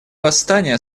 восстания